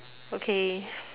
okay